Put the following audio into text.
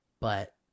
But-